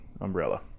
umbrella